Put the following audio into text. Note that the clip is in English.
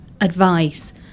advice